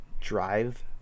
drive